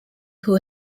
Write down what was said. who